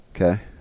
Okay